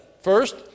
First